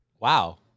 Wow